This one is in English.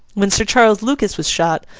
when sir charles lucas was shot,